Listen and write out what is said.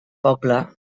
poble